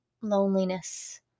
loneliness